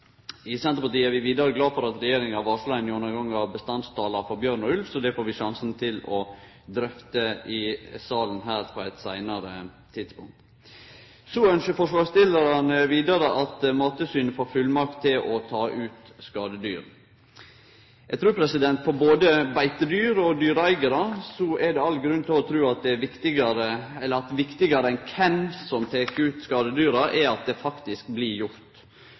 I Senterpartiet er vi vidare glade for at regjeringa har varsla ein gjennomgang av bestandstala for bjørn og ulv, og det får vi sjansen til å drøfte i salen her på eit seinare tidspunkt. Så ynskjer forslagsstillarane vidare at Mattilsynet får fullmakt til å ta ut skadedyr. Eg trur at det for både beitedyr og dyreeigarar er all grunn til å tru at viktigare enn kven som tek ut skadedyra, er det at det faktisk blir gjort,